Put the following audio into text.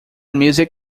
music